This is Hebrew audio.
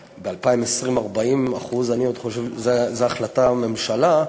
ב-2020, 40%. זו החלטת הממשלה.